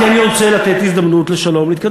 כי אני רוצה לתת לשלום הזדמנות להתקדם.